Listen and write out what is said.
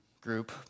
group